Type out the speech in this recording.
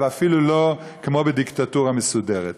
ואפילו לא כמו בדיקטטורה מסודרת.